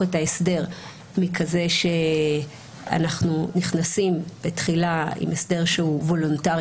את ההסדר מכזה שאנחנו נכנסים בתחילה עם הסדר שהוא וולונטרי